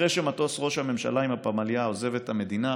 אחרי שמטוס ראש הממשלה עם הפמליה עוזב את המדינה,